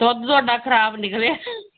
ਦੁੱਧ ਤੁਹਾਡਾ ਖ਼ਰਾਬ ਨਿਕਲਿਆ